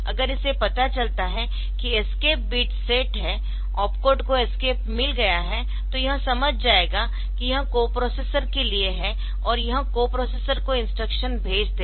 अगर इसे पता चलता है कि एस्केप बिट सेट है ऑपकोड को एस्केप मिल गया है तो यह समझ जाएगा कि यह कोप्रोसेसरके लिए है और यह कोप्रोसेसर को इंस्ट्रक्शन भेज देगा